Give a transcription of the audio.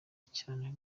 cyane